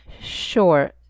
Sure